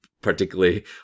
particularly